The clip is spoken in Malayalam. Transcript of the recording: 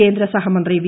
കേന്ദ്ര സഹമന്ത്രി വി